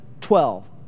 twelve